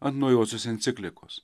ant naujosios enciklikos